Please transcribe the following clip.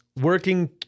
working